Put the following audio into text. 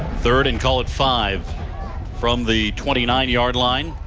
third and call it five from the twenty nine yard line.